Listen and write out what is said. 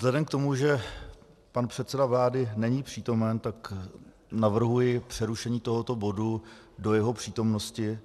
Vzhledem k tomu, že pan předseda vlády není přítomen, tak navrhuji přerušení tohoto bodu do jeho přítomnosti.